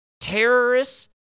terrorists